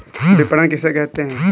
विपणन किसे कहते हैं?